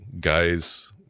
guys